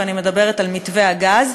ואני מדברת על מתווה הגז.